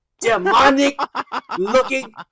demonic-looking